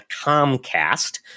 Comcast